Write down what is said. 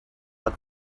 but